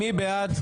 מי בעד?